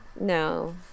No